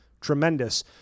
tremendous